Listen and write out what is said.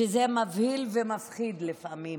שזה מבהיל ומפחיד לפעמים